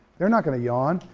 they're not gonna yawn,